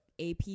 ap